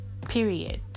period